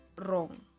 wrong